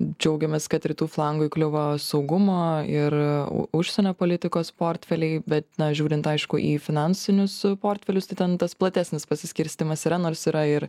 džiaugiamės kad rytų flangui kliuvo saugumo ir užsienio politikos portfeliai bet na žiūrint aišku į finansinius portfelius tai ten tas platesnis pasiskirstymas yra nors yra ir